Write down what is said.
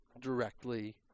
directly